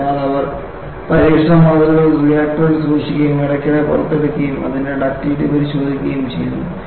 അതിനാൽ അവർ പരീക്ഷണ മാതൃകകൾ റിയാക്ടറിൽ സൂക്ഷിക്കുകയും ഇടയ്ക്കിടെ പുറത്തെടുക്കുകയും അതിന്റെ ഡക്റ്റിലിറ്റി പരിശോധിക്കുകയും ചെയ്യുന്നു